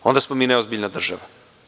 Onda smo mi neozbiljna država.